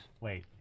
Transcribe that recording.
Wait